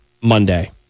Monday